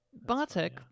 Bartek